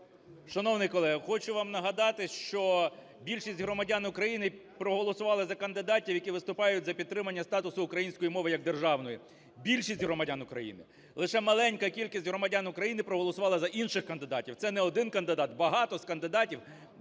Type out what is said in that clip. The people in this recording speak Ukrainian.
Шановний колего, хочу вам нагадати, що більшість громадян України проголосували за кандидатів, які виступають за підтримання статусу української мови як державної, більшість громадян України. Лише маленька кількість громадян України проголосувала за інших кандидатів. Це не один кандидат, багато з кандидатів,